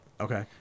Okay